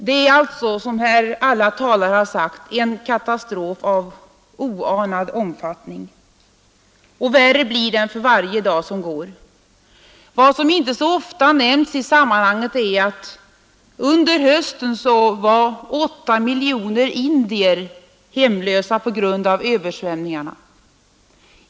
Det är alltså, som alla talare här har sagt, en katastrof av oanad omfattning, och värre blir den för varje dag som går. Vad som inte så ofta nämns i sammanhanget är att under hösten var 8 miljoner indier hemlösa på grund av översvämningar.